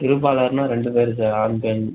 இருபாலருன்னால் ரெண்டு பேர் சார் ஆண் பெண்